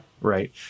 Right